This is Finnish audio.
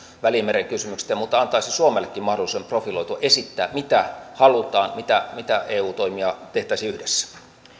välimeren kysymyksistä ja muista antaisi suomellekin mahdollisuuden profiloitua esittää mitä halutaan mitä mitä eu toimia tehtäisiin yhdessä